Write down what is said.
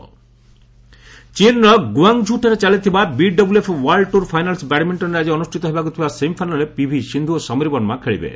badminton ଚୀନର ଗୁଆଙ୍ଗଝୁଠାରେ ଚାଲିଥିବା ବିଡବ୍ଲଏଫ୍ ୱାର୍ଲଡ୍ ଟୁର୍ ଫାଇନାଲ୍ସ୍ ବ୍ୟାଡମିଷ୍ଟନ୍ର ଆଜି ଅନୁଷ୍ଠିତ ହେବାକୁ ଥିବା ସେମିଫାଇନାଲ୍ରେ ପିଭି ସିନ୍ଧୁ ଓ ସମୀର ବର୍ମା ଖେଳିବେ